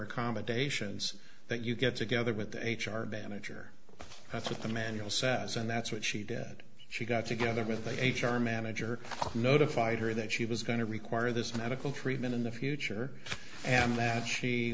accommodations that you get together with the h r manager that's what the manual says and that's what she did she got together with the h r manager notified her that she was going to require this medical treatment in the future and that she